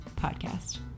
podcast